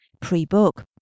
pre-book